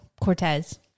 Cortez